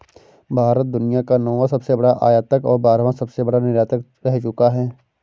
भारत दुनिया का नौवां सबसे बड़ा आयातक और बारहवां सबसे बड़ा निर्यातक रह चूका है